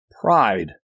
pride